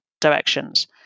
directions